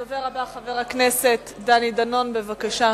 הדובר הבא, חבר הכנסת דני דנון, בבקשה.